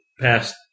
past